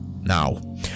Now